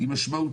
זה דבר משמעותי.